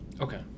Okay